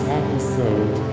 episode